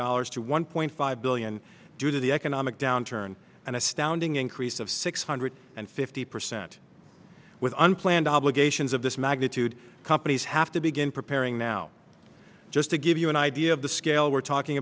dollars to one point five billion due to the economic downturn an astounding increase of six hundred and fifty percent with unplanned obligations of this magnitude companies have to begin preparing now just to give you an idea of the scale we're talking